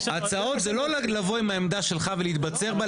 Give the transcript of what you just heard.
הצעות זה לא לבוא עם העמדה שלך ולהתבצר בה,